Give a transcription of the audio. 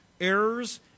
errors